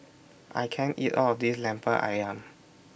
I can't eat All of This Lemper Ayam